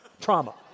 trauma